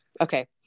Okay